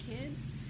kids